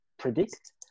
predict